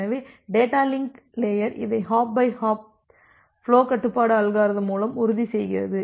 எனவே data link layer இதை hop by hop flow கட்டுப்பாட்டு அல்காரிதம் மூலம் உறுதி செய்கிறது